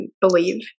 believe